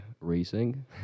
racing